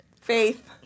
Faith